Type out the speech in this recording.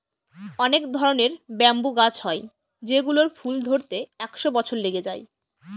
অনেক ধরনের ব্যাম্বু গাছ হয় যেগুলোর ফুল ধরতে একশো বছর লেগে যায়